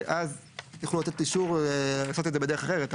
אז יוכלו לתת אישור לעשות את זה בדרך אחרת.